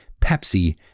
Pepsi